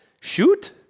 shoot